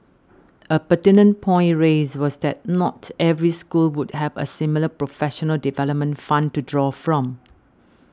a pertinent point raised was that not every school would have a similar professional development fund to draw from